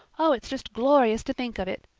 oh, it's just glorious to think of it.